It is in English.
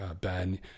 Ben